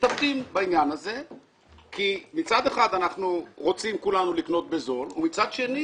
מצד אחד אנחנו רוצים כולנו לקנות בזול ומצד שני